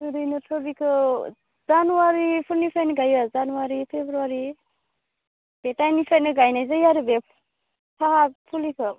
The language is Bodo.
ओरैनोथ' बिखौ जानुवारिफोरनिफ्रायनो गायो जानुवारि फेब्रुवारि बे टाइमनिफ्रायनो गायनाय जायो आरो बे साहा फुलिखौ